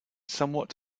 somewhat